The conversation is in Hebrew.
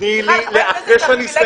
תכף אני אסיים.